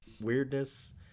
weirdness